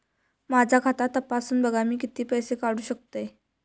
माझा खाता तपासून बघा मी किती पैशे काढू शकतय?